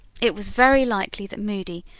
it was very likely that moody,